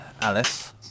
alice